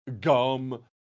Gum